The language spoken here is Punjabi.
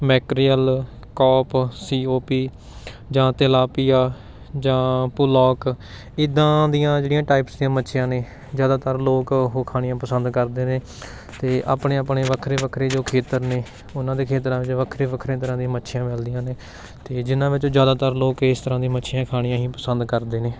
ਮੈਕਰੀਅਲ ਕੋਪ ਸੀ ਓ ਪੀ ਜਾਂ ਤੇਲਾਪੀਆ ਜਾਂ ਪੁਲੋਕ ਇੱਦਾਂ ਦੀਆਂ ਜਿਹੜੀਆਂ ਟਾਇਪਸ ਦੀਆਂ ਮੱਛੀਆਂ ਨੇ ਜ਼ਿਆਦਾਤਰ ਲੋਕ ਉਹ ਖਾਣੀਆਂ ਪਸੰਦ ਕਰਦੇ ਨੇ ਅਤੇ ਆਪਣੇ ਆਪਣੇ ਵੱਖਰੇ ਵੱਖਰੇ ਜੋ ਖੇਤਰ ਨੇ ਉਹਨਾਂ ਦੇ ਖੇਤਰਾਂ ਵਿੱਚ ਵੱਖਰੇ ਵੱਖਰੇ ਤਰ੍ਹਾਂ ਦੀਆਂ ਮੱਛੀਆਂ ਮਿਲਦੀਆਂ ਨੇ ਅਤੇ ਜਿਨ੍ਹਾਂ ਵਿੱਚੋਂ ਜ਼ਿਆਦਾਤਰ ਲੋਕ ਇਸ ਤਰ੍ਹਾਂ ਦੀਆਂ ਮੱਛੀਆਂ ਖਾਣੀਆਂ ਹੀ ਪਸੰਦ ਕਰਦੇ ਨੇ